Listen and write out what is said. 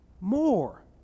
more